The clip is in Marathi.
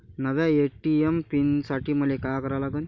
नव्या ए.टी.एम पीन साठी मले का करा लागन?